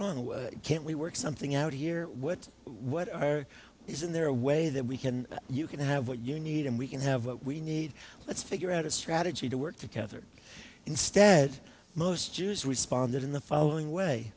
wrong can't we work something out here what what isn't there a way that we can you can have what you need and we can have what we need let's figure out a strategy to work together instead most jews responded in the following way